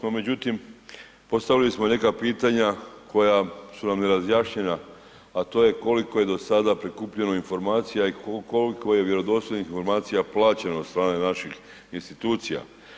No međutim, postavili smo neka pitanja koja su nam nerazjašnjena, a to je koliko je do sada prikupljeno informacija i koliko je vjerodostojnih informacija plaćeno od strane naših institucija.